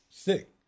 Sick